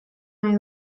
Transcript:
nahi